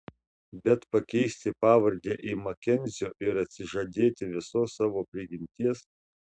bet pakeisti pavardę į makenzio ir atsižadėti visos savo prigimties